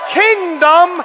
kingdom